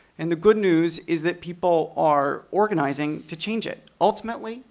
and the good news is that people are organizing to change it. ultimately,